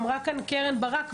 אמרה כאן קרן ברק,